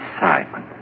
Simon